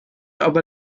aber